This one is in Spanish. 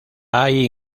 hay